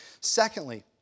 Secondly